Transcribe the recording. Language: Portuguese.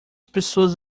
pessoas